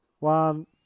One